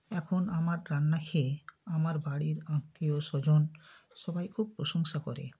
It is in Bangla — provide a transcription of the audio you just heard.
এখন আমার রান্না খেয়ে আমার বাড়ির আত্মীয়স্বজন সবাই খুব প্রশংসা করে